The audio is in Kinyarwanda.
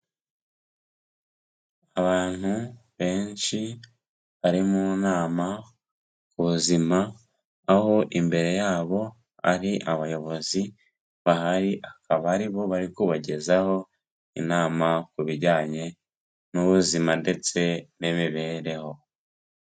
Abantu benshi bari mu nama k'ubuzima aho imbere yabo hari abayobozi bahari, akaba aribo bari kubagezaho inama ku bijyanye n'ubuzima ndetse n'imibereho.